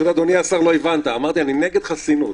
אמרתי שאני נגד חסינות,